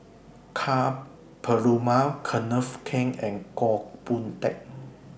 Ka Perumal Kenneth Keng and Goh Boon Teck